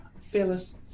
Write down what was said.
Phyllis